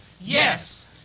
Yes